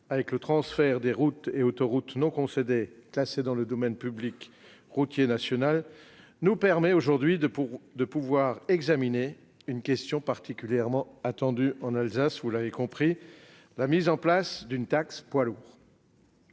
avec le transfert des routes et autoroutes non concédées classées dans le domaine public routier national, nous permet aujourd'hui d'examiner une question particulièrement attendue en Alsace : la mise en place d'une taxe poids lourds.